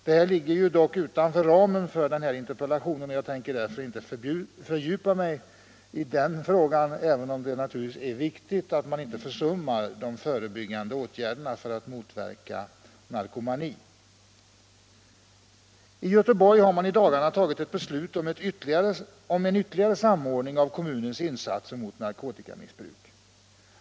Detta ligger dock utanför ramen för denna interpellation, och därför tänker jag inte fördjupa mig i den frågan, även om det naturligtvis är viktigt att man inte försummar de förebyggande åtgärderna för att motverka narkomani. I Göteborg har man i dagarna tagit ett beslut om en ytterligare samordning av kommunens insatser mot narkotikamissbruk.